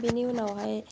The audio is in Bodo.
बेनि उनावहाय